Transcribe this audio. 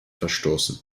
verstoßen